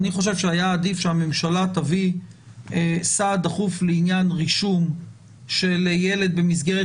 אני חושב שהיה עדיף שהממשלה תביא סעד דחוף לעניין רישום של ילד במסגרת